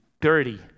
dirty